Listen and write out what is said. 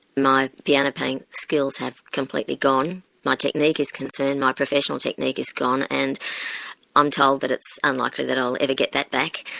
my piano-playing skills have completely gone. my technique is a concern, and my professional technique is gone, and i'm told that it's unlikely that i'll ever get that back.